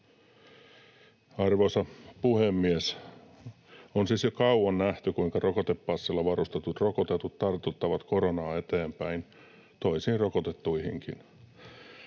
Arvoisa puhemies! On siis jo kauan nähty, kuinka rokotepassilla varustetut rokotetut tartuttavat koronaa eteenpäin, toisiin rokotettuihinkin.